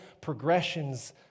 progressions